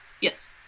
Yes